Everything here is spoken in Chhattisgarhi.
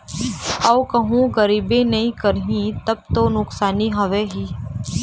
अऊ कहूँ गिरबे नइ करही तब तो नुकसानी हवय ही